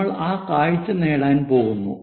നമ്മൾ ആ കാഴ്ച നേടാൻ പോകുന്നു